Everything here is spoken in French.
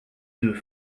deux